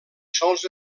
sols